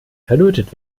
verlötet